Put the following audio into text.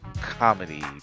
comedy